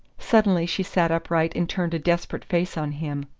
suddenly she sat upright and turned a desperate face on him.